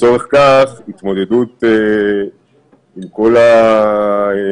ולצורך כך התמודדות עם כל המורכבויות,